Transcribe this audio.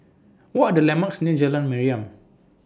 What Are The landmarks near Jalan Mariam